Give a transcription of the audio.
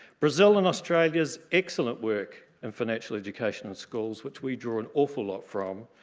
brazil and australia's excellent work in financial education in schools which we draw an awful lot from.